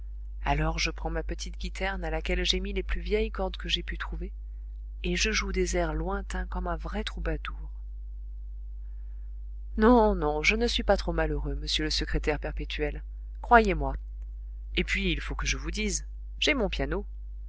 alors je prends ma petite guiterne à laquelle j'ai mis les plus vieilles cordes que j'ai pu trouver et je joue des airs lointains comme un vrai troubadour non non je ne suis pas trop malheureux monsieur le secrétaire perpétuel croyez-moi et puis il faut que je vous dise j'ai mon piano